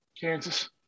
Kansas